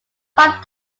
five